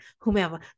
whomever